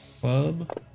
Club